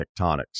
tectonics